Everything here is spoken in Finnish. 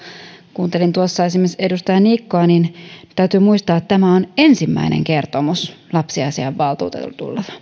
kuuntelin esimerkiksi edustaja niikkoa niin täytyy muistaa että tämä on ensimmäinen kertomus lapsiasiainvaltuutetulta